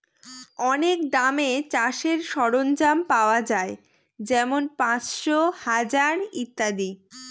অনেক দামে চাষের সরঞ্জাম পাওয়া যাই যেমন পাঁচশো, হাজার ইত্যাদি